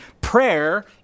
prayer